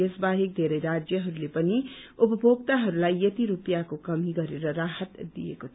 यस बाहेक धेरै राज्यहरूले पनि उपभोक्ताहरूलाई यति रुपियाँ कमी गरेर राहत दिएको थियो